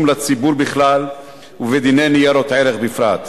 לציבור בכלל ובדיני ניירות ערך בפרט.